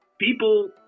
people